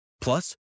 Plus